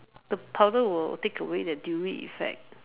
the powder will take away the dewy effect